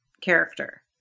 character